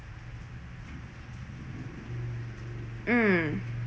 mm